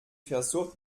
versucht